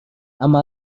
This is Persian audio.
اما